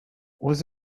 was